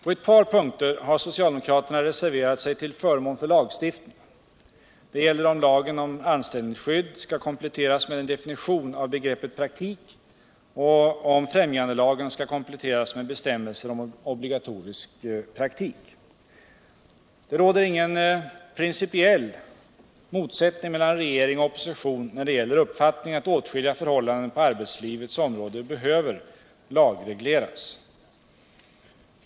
På ett par punkter har socialdemokraterna reserverat sig till förmån för lagstiftning. Det gäller om lagen om anställningsskydd skall kompletteras med en definition av begreppet praktik och om trämjandelagen skall kompletteras med bestämmelser om obligatorisk praktik. Det råder ingen principiell motsättning mellan regeringen och oppositionen när det gäller uppfattningen att åtskilliga förhållanden på arbetslivets område behöver lagregleras.